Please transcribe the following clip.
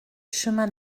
chemin